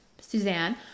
Suzanne